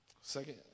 second